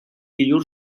llur